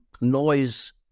noise